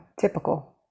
typical